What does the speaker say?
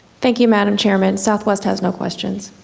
thank you, madam chairman. southwest has no questions.